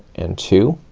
and two.